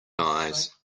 eyes